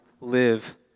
live